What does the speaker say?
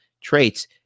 traits